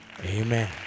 Amen